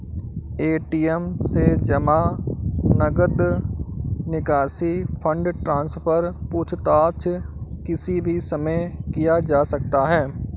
ATM से जमा, नकद निकासी, फण्ड ट्रान्सफर, पूछताछ किसी भी समय किया जा सकता है